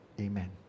Amen